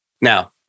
Now